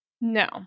No